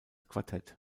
quartett